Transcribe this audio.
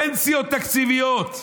פנסיות תקציביות,